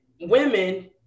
women